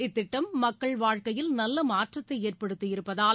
இத்திட்டம் மக்கள் வாழ்க்கையில் நல்ல மாற்றத்தை ஏற்படுத்தி இருப்பதால்